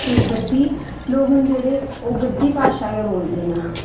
ते गद्दी लोग न जेह्ड़े ओह् गद्दी भाशा गै बोलदे न